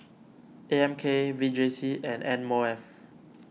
A M K V J C and M O F